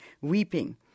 weeping